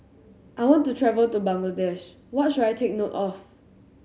I want to travel to Bangladesh what should I take note of